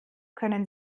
können